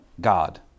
God